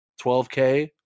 12K